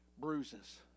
bruises